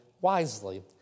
wisely